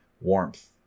Warmth